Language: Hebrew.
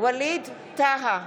ווליד טאהא,